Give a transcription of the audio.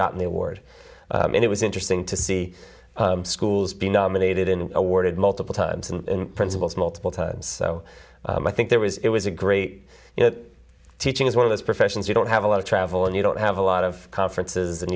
gotten the award and it was interesting to see schools be nominated in awarded multiple times and principals multiple times so i think there was it was a great you know teaching is one of those professions you don't have a lot of travel and you don't have a lot of conferences and